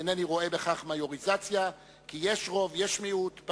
אינני רואה בכך מיוריזציה, כי יש רוב, יש מיעוט.